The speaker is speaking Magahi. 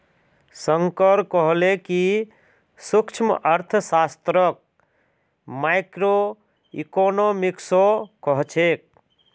शंकर कहले कि सूक्ष्मअर्थशास्त्रक माइक्रोइकॉनॉमिक्सो कह छेक